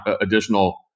additional